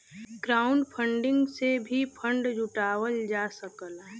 crowdfunding से भी fund जुटावल जा सकला